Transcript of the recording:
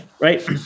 Right